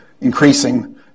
increasing